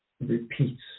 repeats